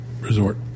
Resort